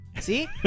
See